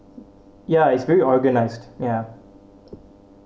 ya it's very organised ya